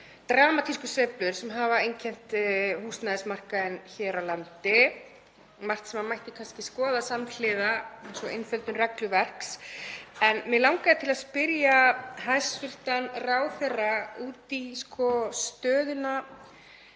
dramatísku sveiflur sem hafa einkennt húsnæðismarkaðinn hér á landi. Það er margt sem mætti kannski skoða samhliða eins og einföldun regluverks. Mig langaði til að spyrja hæstv. ráðherra út í stöðuna